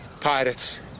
Pirates